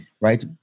right